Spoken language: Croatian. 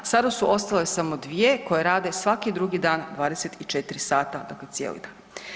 Sada su ostale samo dvije koje rade svaki drugi dan 24 sata, dakle cijeli dan.